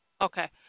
Okay